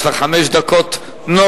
יש לך חמש דקות נוספות.